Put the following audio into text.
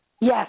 Yes